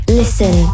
listen